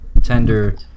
tender